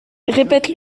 répète